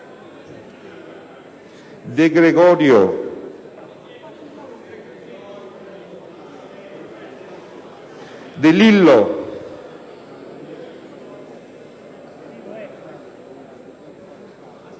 De Gregorio, De Lillo,